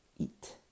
Eat